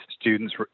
students